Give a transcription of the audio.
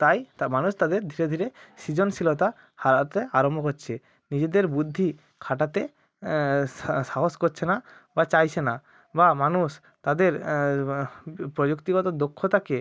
তাই তা মানুষ তাদের ধীরে ধীরে সৃজনশীলতা হারাতে আরম্ভ করছে নিজেদের বুদ্ধি খাটাতে সাহস করছে না বা চাইছে না বা মানুষ তাদের প্রযুক্তিগত দক্ষতাকে